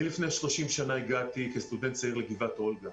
אני לפני 30 שנה הגעתי כסטודנט צעיר לגבעת אולגה,